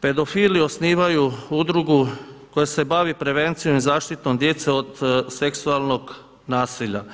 pedofili osnivaju udrugu koja se bavi prevencijom i zaštitom djece od seksualnog nasilja.